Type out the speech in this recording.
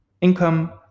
income